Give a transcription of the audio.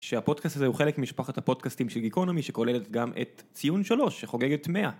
שהפודקאסט הזה הוא חלק ממשפחת הפודקאסטים של גיקונומי שכוללת גם את ציון 3 שחוגגת 100.